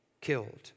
killed